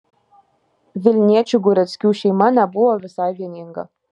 vilniečių gureckių šeima nebuvo visai vieninga